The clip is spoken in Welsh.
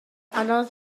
anodd